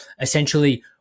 essentially